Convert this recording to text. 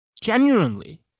genuinely